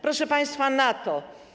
Proszę państwa, NATO.